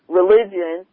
religion